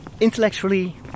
intellectually